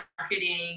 marketing